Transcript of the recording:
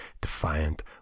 defiant